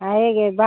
आएँगे एक